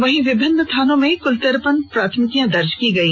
वहीं विभिन्न थानों में क्ल तिरपन प्राथमिकियां दर्ज की गई